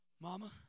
Mama